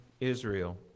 Israel